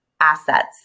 assets